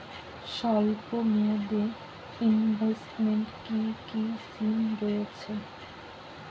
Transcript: স্বল্পমেয়াদে এ ইনভেস্টমেন্ট কি কী স্কীম রয়েছে?